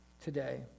today